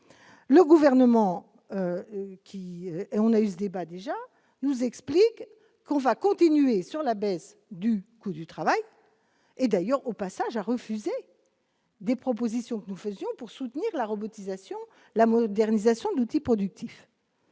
Le gouvernement qui, on a eu ce débat déjà nous explique qu'on va continuer sur la baisse du coût du travail et d'ailleurs, au passage, a refusé des propositions que nous faisions pour soutenir la robotisation, la modernisation de l'outil productif.